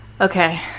okay